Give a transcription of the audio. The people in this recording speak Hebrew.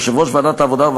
יושב-ראש ועדת העבודה,